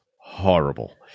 horrible